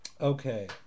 Okay